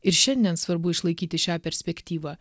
ir šiandien svarbu išlaikyti šią perspektyvą